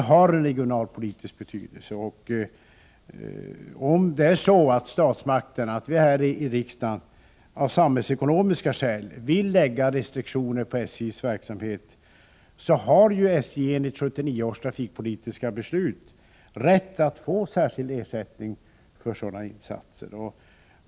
SJ har regionalpolitisk betydelse, och om vi här i riksdagen av samhällsekonomiska skäl vill lägga restriktioner på SJ:s verksamhet, då har SJ enligt 1979 års trafikpolitiska beslut rätt att få särskild ersättning.